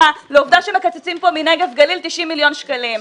לעובדה שמקצצים פה בנגב וגליל 90 מיליון שקלים,